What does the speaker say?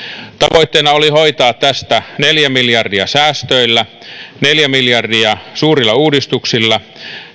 tavoitteena oli hoitaa tästä neljä miljardia säästöillä neljä miljardia suurilla uudistuksilla